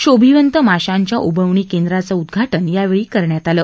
शोभिवंत माश्यांच्या उबवणी केंद्राचं उदघा जि यावेळी करण्यात आलं